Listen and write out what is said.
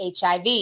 HIV